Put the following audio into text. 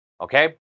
Okay